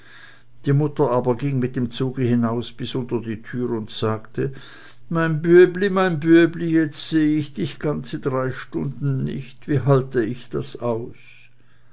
die mutter aber ging mit dem zuge hinaus bis unter die türe und sagte mein bübli mein bübli jetzt sehe ich dich drei ganze stunden nicht wie halte ich das aus